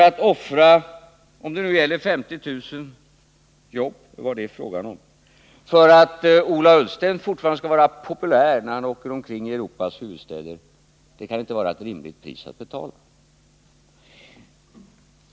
Att offra 50 000 jobb eller vad det är fråga om för att Ola Ullsten skall vara populär när han åker omkring i Europas huvudstäder kan inte vara ett rimligt pris att betala.